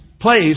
place